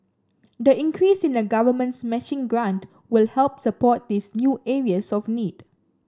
the increase in the Government's matching grant will help support these new areas of need